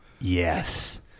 Yes